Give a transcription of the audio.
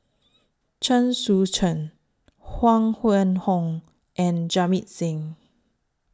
Chen Sucheng Huang Wenhong and Jamit Singh